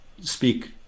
speak